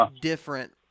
different